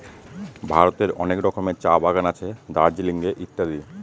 ভারতের অনেক রকমের চা বাগানে আছে দার্জিলিং এ ইত্যাদি